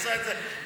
את עושה את זה בטעם.